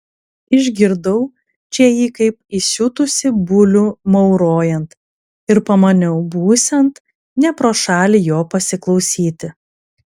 išgirdau čia jį kaip įsiutusį bulių maurojant ir pamaniau būsiant ne pro šalį jo pasiklausyti